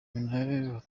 minaert